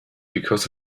because